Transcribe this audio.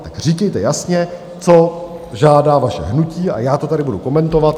Tak říkejte jasně, co žádá vaše hnutí, a já to tady budu komentovat.